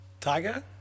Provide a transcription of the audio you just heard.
Tiger